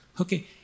Okay